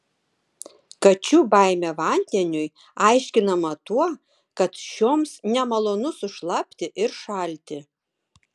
kačių baimė vandeniui aiškinama tuo kad šioms nemalonu sušlapti ir šalti